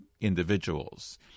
individuals